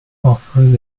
offers